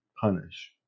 punish